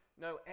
no